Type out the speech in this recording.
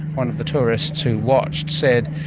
one of the tourists who watched, said,